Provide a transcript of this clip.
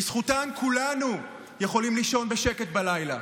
בזכותן, כולנו יכולים לישון בשקט בלילה.